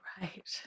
Right